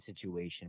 situation